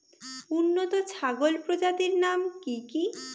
উন্নত ছাগল প্রজাতির নাম কি কি?